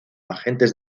agentes